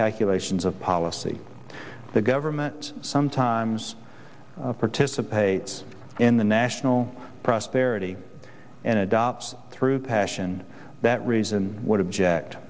calculations of policy the government sometimes participates in the national prosperity and adopts through passion that reason would object